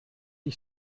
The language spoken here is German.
die